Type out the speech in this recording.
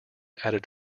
added